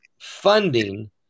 funding